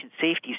safety